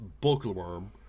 bookworm